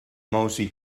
mostly